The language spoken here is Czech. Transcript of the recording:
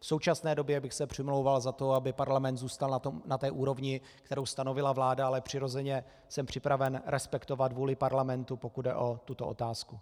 V současné době bych se přimlouval za to, aby parlament zůstal na té úrovni, kterou stanovila vláda, ale přirozeně jsem připraven respektovat vůli parlamentu, pokud jde o tuto otázku.